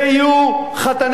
ויהיו,